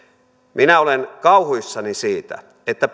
minä olen kauhuissani siitä että